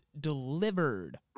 delivered